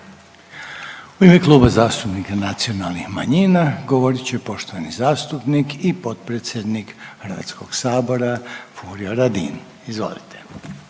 U ime Kluba zastupnika nacionalnih manjina govorit će poštovani zastupnik i potpredsjednik Hrvatskog sabora Furio Radin. Izvolite.